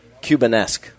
Cubanesque